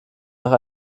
nach